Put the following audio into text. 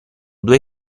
due